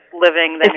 living